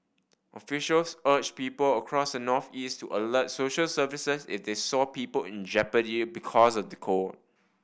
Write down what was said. officials urged people across the northeast to alert social services if they saw people in jeopardy because of the cold